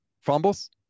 fumbles